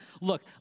Look